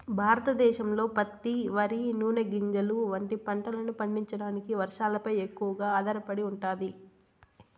భారతదేశంలో పత్తి, వరి, నూనె గింజలు వంటి పంటలను పండించడానికి వర్షాలపై ఎక్కువగా ఆధారపడి ఉంటాది